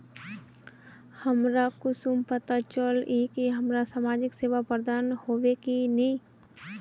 हमरा कुंसम पता चला इ की हमरा समाजिक सेवा प्रदान होबे की नहीं?